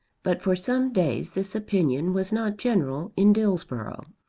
but for some days this opinion was not general in dillsborough.